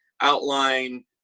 outline